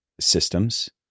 systems